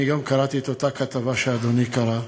גם אני קראתי את אותה כתבה שאדוני קרא.